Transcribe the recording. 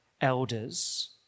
elders